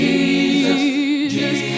Jesus